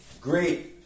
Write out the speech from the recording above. great